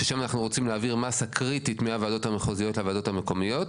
ששם אנחנו רוצים להעביר מסה קריטית מהוועדות המחוזיות לוועדות המקומיות.